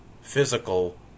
physical